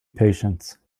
patience